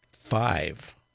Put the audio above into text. Five